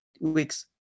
weeks